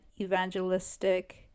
evangelistic